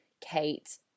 Kate